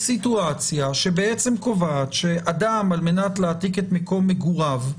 סיטואציה שבעצם קובעת שאדם על מנת להעתיק את מקום מגוריו,